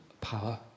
power